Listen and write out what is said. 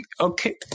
Okay